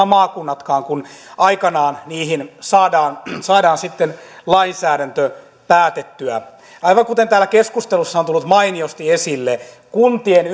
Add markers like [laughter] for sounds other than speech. [unintelligible] maakunnatkaan kun aikanaan niihin sitten saadaan lainsäädäntö päätettyä aivan kuten täällä keskustelussa on tullut mainiosti esille kuntien [unintelligible]